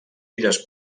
illes